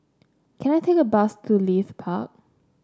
can I take a bus to Leith Park